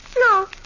No